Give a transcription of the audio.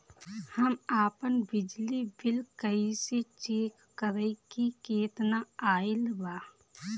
हम आपन बिजली बिल कइसे चेक करि की केतना आइल बा?